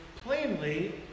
plainly